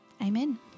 amen